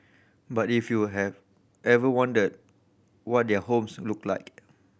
but if you have ever wondered what their homes look like